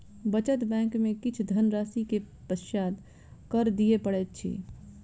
बचत बैंक में किछ धनराशि के पश्चात कर दिअ पड़ैत अछि